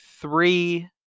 three